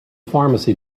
pharmacy